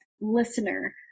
listener